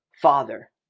Father